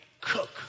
cook